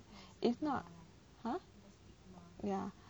ya if not !huh! ya